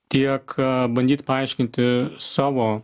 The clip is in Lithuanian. tiek bandyt paaiškinti savo